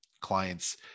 clients